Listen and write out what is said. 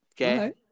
Okay